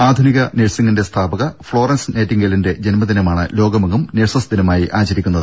ആധുനിക നഴ്സിങിന്റെ സ്ഥാപക ഫ്ളോറൻസ് നൈറ്റിങ്ഗേലിന്റെ ജന്മദിനമാണ് ലോകമെങ്ങും നഴ്സസ് ദിനമായി ആചരിക്കുന്നത്